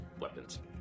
weapons